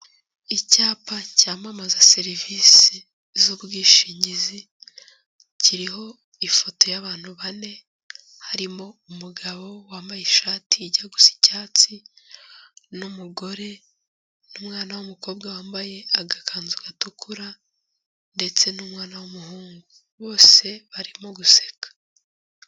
Icyapa cyamamaza serivisi z'ubwishingizi kiriho ifoto y'abantu bane, harimo umugabo wambaye ishati ijya gusa icyatsi n'umugore n'umwana w'umukobwa wambaye agakanzu gatukura ndetse n'umwana w'umuhungu, bose barimo guseka.